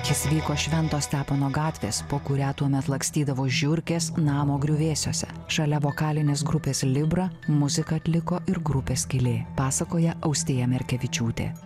jis vyko švento stepono gatvės po kurią tuomet lakstydavo žiurkės namo griuvėsiuose šalia vokalinės grupės libra muziką atliko ir grupė skylė pasakoja austėja merkevičiūtė